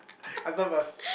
answer first